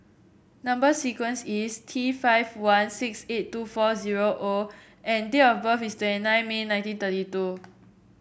number sequence is T five one six eight two four zero O and date of birth is twenty nine May nineteen thirty two